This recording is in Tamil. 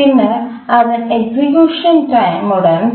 பின்னர் அதன் எக்சிக்யூஷன் டைம் உடன்